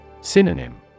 Synonym